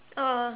oh